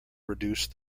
reduced